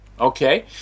Okay